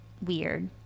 weird